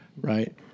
right